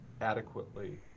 adequately